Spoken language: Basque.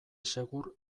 segur